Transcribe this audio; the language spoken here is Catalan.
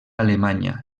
alemanya